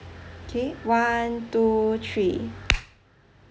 okay one two three